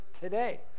today